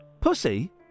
Pussy